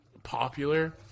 popular